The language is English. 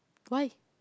why